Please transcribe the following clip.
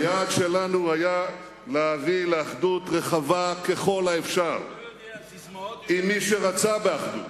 היעד שלנו היה להביא לאחדות רחבה ככל האפשר עם מי שרצה באחדות,